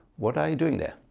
what are you doing there?